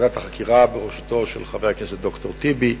בוועדת החקירה בראשותו של חבר הכנסת ד"ר טיבי,